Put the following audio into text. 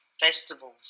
festivals